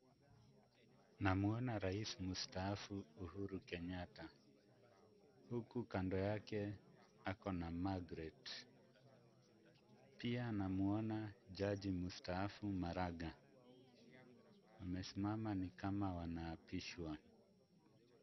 Namuona rais mstaafu Uhuru Kenyatta huku kando yake akona Margaret. Pia namuona jaji mstaafu Maraga. Wamesimama ni kama wanaapishwa.